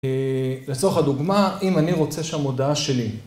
לצורך הדוגמה, אם אני רוצה שם הודעה שלי.